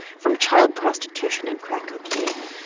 from child prostitution and crack cocaine.